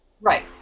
Right